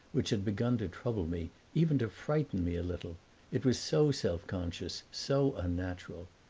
which had begun to trouble me, even to frighten me a little it was so self-conscious, so unnatural.